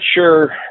sure